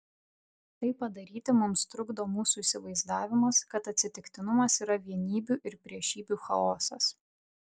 tai padaryti mums trukdo mūsų įsivaizdavimas kad atsitiktinumas yra vienybių ir priešybių chaosas